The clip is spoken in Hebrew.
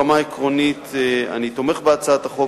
ברמה העקרונית אני תומך בהצעת החוק.